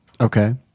Okay